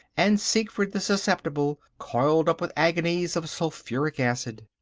and sickfried the susceptible coiled up with agonies of sulphuric acid.